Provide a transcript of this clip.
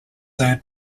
owned